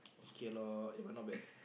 k lor they were not bad